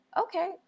okay